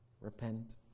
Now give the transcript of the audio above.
repent